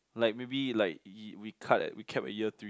like maybe like we we cut we cap by year three